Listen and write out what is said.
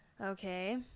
okay